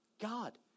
God